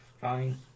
Fine